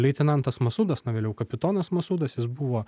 leitenantas masudas na vėliau kapitonas masudas jis buvo